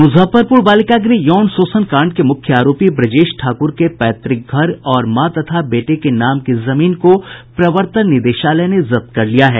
मुजफ्फरपुर बालिका गृह यौन शोषण कांड के मुख्य आरोपी ब्रजेश ठाकुर के पैतृक घर और मां तथा बेटे के नाम की जमीन को प्रवर्तन निदेशालय ने जब्त कर लिया है